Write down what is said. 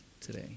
today